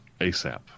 ASAP